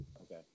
Okay